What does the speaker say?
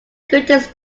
greatest